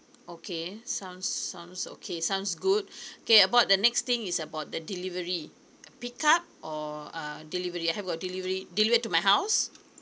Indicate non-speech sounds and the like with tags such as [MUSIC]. okay sounds sounds okay sounds good [BREATH] okay about the next thing is about the delivery pickup or uh delivery have a delivery deliver to my house